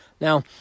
Now